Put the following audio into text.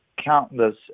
countless